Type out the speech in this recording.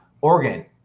Oregon